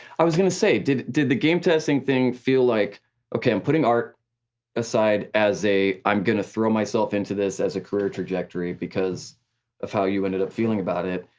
i was gonna say, did did the game testing thing feel like okay, i'm putting art aside as a, i'm gonna throw myself into this as a career trajectory because of how you ended up feeling about it,